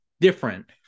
different